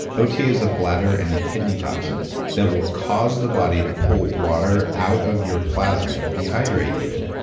ota is a bladder and a kidney toxin that will cause the body to pull water out of your plasma. it will dehydrate you.